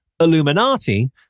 Illuminati